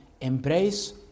embrace